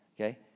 okay